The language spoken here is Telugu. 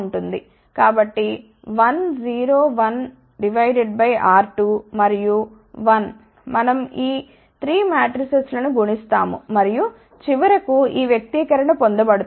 కాబట్టి 1 0 1 బై R2 మరియు 1 మనం ఈ 3 మాట్రిసెస్ లను గుణిస్తాము మరియు చివరకు ఈ వ్యక్తీకరణ పొందబడుతుంది